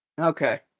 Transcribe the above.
Okay